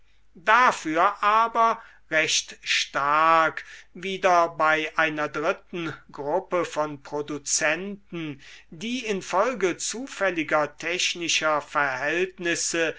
dafür aber recht stark wieder bei einer dritten gruppe von produzenten die infolge zufälliger technischer verhältnisse